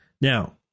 now